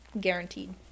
Guaranteed